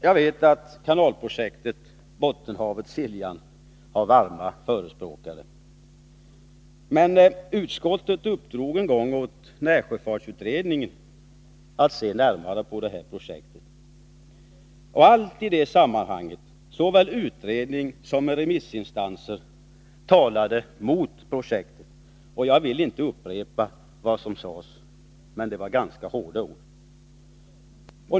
Jag vet att kanalprojektet Bottenhavet-Siljan har varma förespråkare. Men utskottet uppdrog en gång åt närsjöfartsutredningen att se närmare på det projektet, och alla inblandade i det sammanhanget — såväl utredning som remissinstanser — talade mot projektet. Jag vill inte upprepa vad som sades, men det var ganska hårda ord.